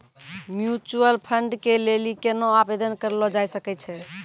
Mutual fund के लेली केना आवेदन करलो जाय सकै छै?